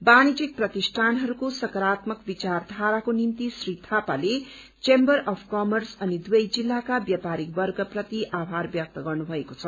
वाणिज्यिक प्रतिष्ठानहरूको सकारात्मक विचार धाराको निम्ति श्री थापाले चेम्बर्स अफ् कमर्श अनि दुवै जिल्लाका व्यापारीवर्ग प्रति आभार व्यक्त गर्नु भएको छ